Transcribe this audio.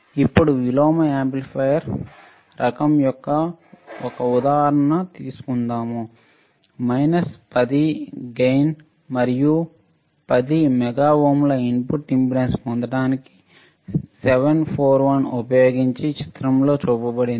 ఇప్పుడు విలోమ యాంప్లిఫైయర్ రకం యొక్క ఒక ఉదాహరణ తీసుకుందాం మైనస్ 10 గెయిన్ మరియు 10 మెగా ఓంల ఇన్పుట్ ఇంపెడెన్స్ పొందడానికి 741 ఉపయోగించి చిత్రంలో చూపబడింది